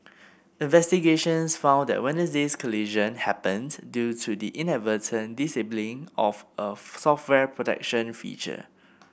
investigations found that Wednesday's collision happened due to the inadvertent disabling of a software protection feature